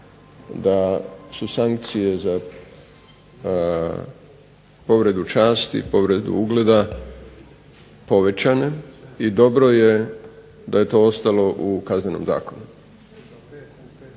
da su sankcije za povredu časti, povredu ugleda povećane i dobro je da je to ostalo u Kaznenom zakonu.